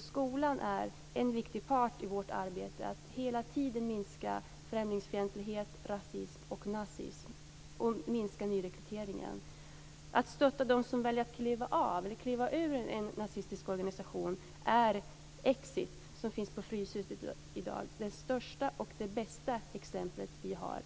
Skolan är alltså en viktig part i vårt arbete med att hela tiden minska främlingsfientlighet, rasism och nazism och att minska nyrekryteringen. När det gäller att stötta dem som väljer att kliva ur en nazistisk organisation är Exit, som finns på Fryshuset i dag, det största och bästa exempel vi har.